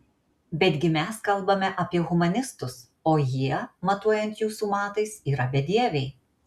betgi mes kalbame apie humanistus o jie matuojant jūsų matais yra bedieviai